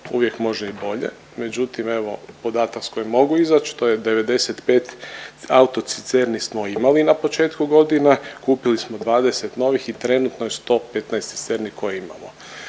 uvijek može i bolje, međutim evo podatak s kojim mogu izaći to je 95 autocisterni smo imali na početku godina, kupili smo 20 novih i trenutno je 115 cisterni koje imamo.